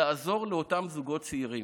לעזור לאותם זוגות צעירים,